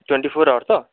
twenty four hour তো